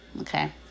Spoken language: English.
okay